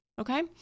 okay